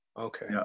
Okay